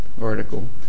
article